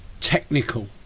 technical